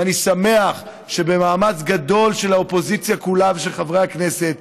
ואני שמח שבמאמץ גדול של האופוזיציה כולה ושל חברי הכנסת,